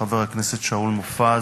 חבר הכנסת שאול מופז,